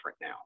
now